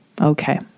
Okay